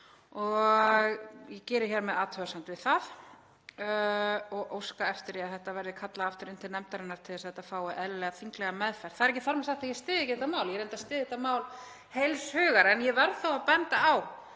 Ég geri hér með athugasemd við það og óska eftir því að málið verði kallað aftur inn til nefndarinnar til að það fái eðlilega þinglega meðferð. Það er ekki þar með sagt að ég styðji ekki þetta mál, ég reyndar styð þetta mál heils hugar. Ég verð þó að benda á